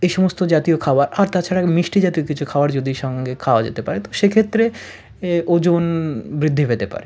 এই সমস্ত জাতীয় খাওয়া আর তাছাড়া মিষ্টি জাতীয় কিছু খাবার যদি সঙ্গে খাওয়া যেতে পারে তো সেক্ষেত্রে এ ওজন বৃদ্ধি পেতে পারে